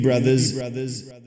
brothers